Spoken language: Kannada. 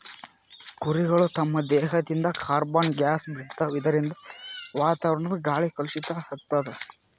ಕುರಿಗಳ್ ತಮ್ಮ್ ದೇಹದಿಂದ್ ಕಾರ್ಬನ್ ಗ್ಯಾಸ್ ಬಿಡ್ತಾವ್ ಇದರಿಂದ ವಾತಾವರಣದ್ ಗಾಳಿ ಕಲುಷಿತ್ ಆಗ್ತದ್